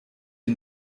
dir